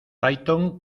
python